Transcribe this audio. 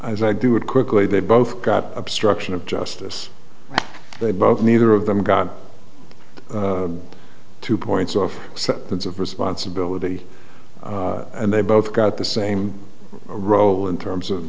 as i do would quickly they both got obstruction of justice they both neither of them got two points off set things of responsibility and they both got the same role in terms of